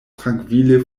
trankvile